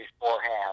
beforehand